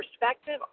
perspective